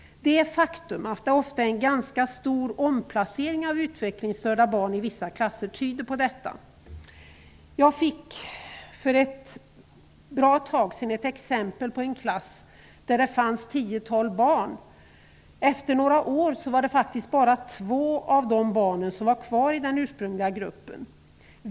Det faktum att utvecklingsstörda barn ofta omplaceras i vissa klasser tyder på detta. Jag fick för en tid sedan reda på ett exempel på en klass med ett tiotal barn. Efter några år var det faktiskt bara två av barnen från den ursprungliga gruppen som var kvar.